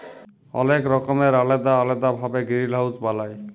অলেক রকমের আলেদা আলেদা ভাবে গিরিলহাউজ বালায়